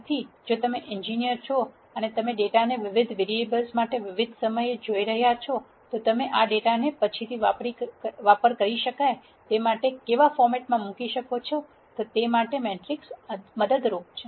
તેથી જો તમે એન્જિનિયર છો અને તમે ડેટાને વિવિધ વરીએબલ માટે વિવિધ સમયે જોઈ રહ્યા છો તો તમે આ ડેટાને પછીથી વાપરી શકાય તે માટે કેવા ફોર્મેટમાં મૂકી શકો છો તે માટે મેટ્રિક્સ મદદરૂપ છે